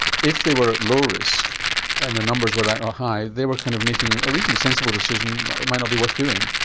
if they were at low risk and their numbers were not like ah high they were kind of making a reasonably sensible decision it might not be worth doing.